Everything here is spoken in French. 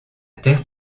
terre